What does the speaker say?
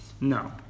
No